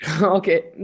Okay